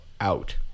out